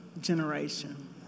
generation